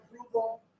approval